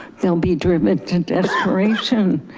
they'll be driven to desperation.